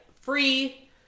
free